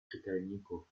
czytelników